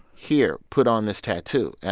here, put on this tattoo. and